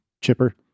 chipper